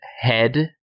head